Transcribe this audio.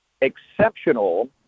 exceptional